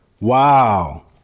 wow